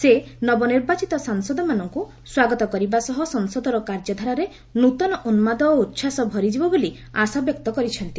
ସେ ନବନିର୍ବାଚିତ ସାଂସଦମାନଙ୍କୁ ସ୍ୱାଗତ କରିବା ସହ ସଂସଦର କାର୍ଯ୍ୟଧାରାରେ ନୃତନ ଉନ୍ମାଦ ଓ ଉଚ୍ଛ୍ୱାସ ଭରିଯିବ ବୋଲି ଆଶାବ୍ୟକ୍ତ କରିଛନ୍ତି